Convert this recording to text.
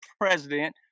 president